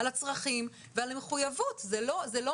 לעומת המחויבות שיש לכם.